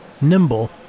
nimble